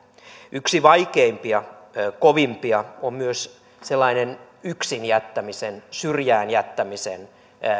yksi vaikeimpia kovimpia on myös sellainen yksin jättämisen syrjään jättämisen